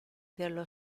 dello